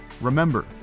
remember